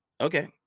Okay